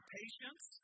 patience